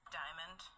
diamond